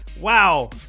Wow